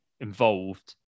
involved